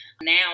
now